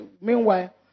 Meanwhile